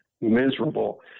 miserable